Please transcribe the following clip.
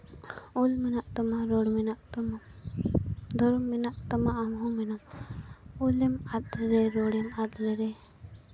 ᱚᱞ ᱢᱮᱱᱟᱜ ᱛᱟᱢᱟ ᱨᱚᱲ ᱢᱮᱱᱟᱜ ᱛᱟᱢᱟ ᱫᱷᱚᱨᱚᱢ ᱢᱮᱱᱟᱜ ᱛᱟᱢᱟ ᱟᱢ ᱦᱚᱸ ᱢᱮᱱᱟᱢ ᱚᱞᱮᱢ ᱟᱫ ᱞᱮᱨᱮ ᱨᱚᱲᱮᱢ ᱟᱫ ᱞᱮᱨᱮ